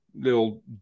little